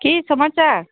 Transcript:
की समाचार